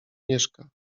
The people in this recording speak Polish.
mieszka